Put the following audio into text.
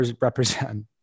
represent